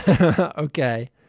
Okay